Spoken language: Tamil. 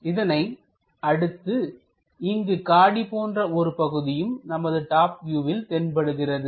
இதனை அடுத்து இங்கு காடி போன்ற ஒரு பகுதியும் நமது டாப் வியூவில் தென்படுகிறது